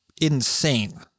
insane